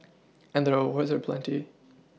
and the rewards are plenty